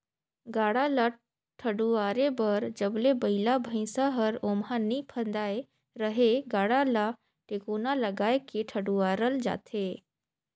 गाड़ा ल ठडुवारे बर जब ले बइला भइसा हर ओमहा नी फदाय रहेए गाड़ा ल टेकोना लगाय के ठडुवारल जाथे